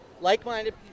like-minded